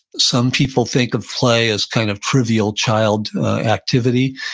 some people think of play as kind of trivial child activity.